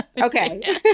Okay